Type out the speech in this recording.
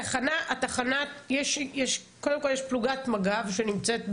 קודם כל, יש פלוגת מג"ב שנמצאת בלוד,